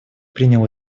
принял